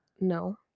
No